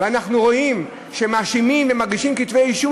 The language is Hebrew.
ואנחנו רואים שמאשימים ומגישים כתבי-אישום